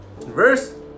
verse